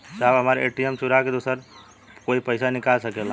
साहब हमार ए.टी.एम चूरा के दूसर कोई पैसा निकाल सकेला?